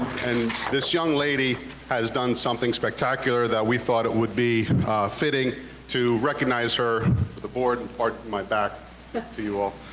and this young lady has done something spectacular that we thought it would be fitting to recognize her to the board and pardon my back to you all.